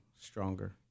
stronger